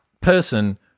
person